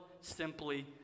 simply